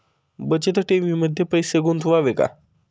बचत ठेवीमध्ये पैसे गुंतवावे का?